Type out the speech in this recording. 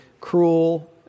cruel